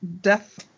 death